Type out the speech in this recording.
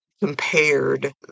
compared